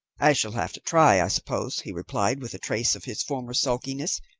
i shall have to try, i suppose, he replied, with a trace of his former sulkiness.